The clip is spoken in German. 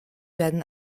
werden